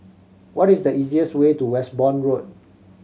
what is the easiest way to Westbourne Road